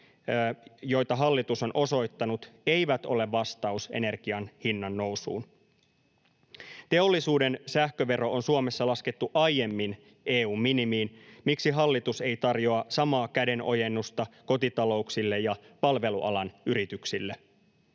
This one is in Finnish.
joita hallitus on osoittanut, eivät ole vastaus energian hinnannousuun. Teollisuuden sähkövero on Suomessa laskettu aiemmin EU:n minimiin. Miksi hallitus ei tarjoa samaa kädenojennusta kotitalouksille ja palvelualan yrityksille?